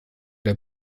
der